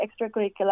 extracurricular